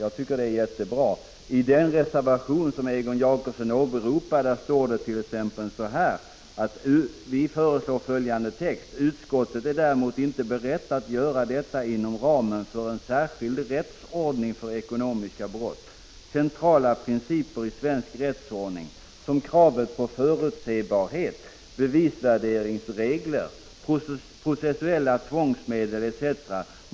I den reservation som han åberopar säger vi t.ex. så här: ”Utskottet är däremot inte berett att göra detta inom ramen för en särskild rättsordning för ekonomiska brott. Centrala principer i svensk rättsordning som kravet på förutsebarhet, bevisvärderingsregler, processuella tvångsmedel etc.